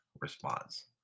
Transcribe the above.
response